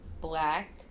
black